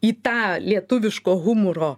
į tą lietuviško humuro